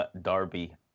Darby